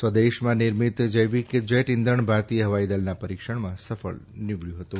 સ્વદેશમાં નિર્મિત જૈવિક જેટ ઇંધણ ભારતીય હવાઈ દળના પરિક્ષણમાં સફળ નિવડચું હતું